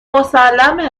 مسلمه